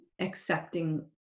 accepting